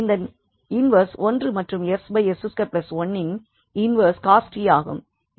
இதன் இன்வெர்ஸ் 1 மற்றும் s𝑠2 1இன் இன்வெர்ஸ் cos t ஆகும்